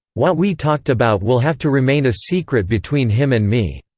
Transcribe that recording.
what we talked about will have to remain a secret between him and me.